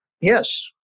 Yes